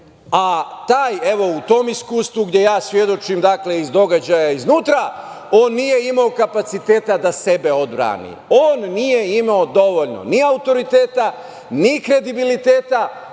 sistema.U tom iskustvu, gde ja svedočim, dakle, iz događaja iznutra, on nije imao kapaciteta da sebe odbrani. On nije imao dovoljno ni autoriteta, ni kredibiliteta,